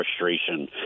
frustration